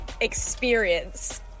experience